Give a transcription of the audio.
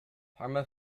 parma